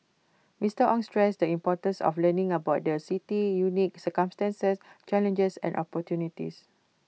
Mister Ong stressed the importance of learning about the city's unique circumstances challenges and opportunities